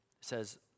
says